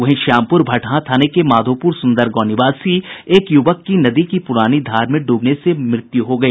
वहीं श्यामपुर भटहां थाने के माधोपुर सुंदर गांव निवासी एक युवक की नदी की पुरानी धार में डूबने से मृत्यु हो गई